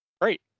Great